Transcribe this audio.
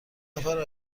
نفر